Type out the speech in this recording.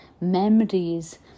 memories